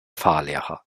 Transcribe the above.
fahrlehrer